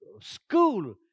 school